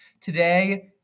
Today